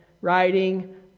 riding